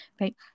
right